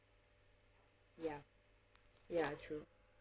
ya ya true